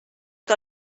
que